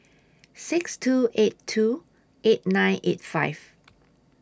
six two eight two eight nine eight five